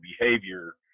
behavior